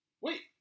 Wait